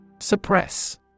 Suppress